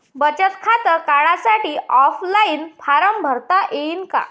बचत खातं काढासाठी ऑफलाईन फारम भरता येईन का?